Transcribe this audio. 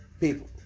People